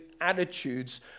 attitudes